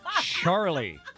charlie